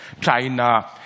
China